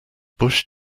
bush